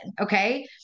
okay